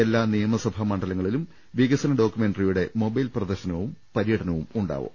എല്ലാ നിയമസഭാ മണ്ഡലങ്ങളിലും വികസന ഡോക്യുമെന്ററി യുടെ മൊബൈൽ പ്രദർശനവും പര്യടനവും ഉണ്ടാവും